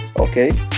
okay